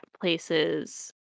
places